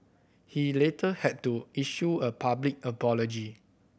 he later had to issue a public apology